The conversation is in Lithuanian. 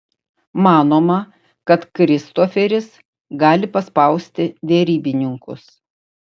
manoma kad kristoferis gali paspausti derybininkus